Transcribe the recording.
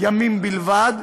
ימים בלבד,